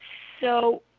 so,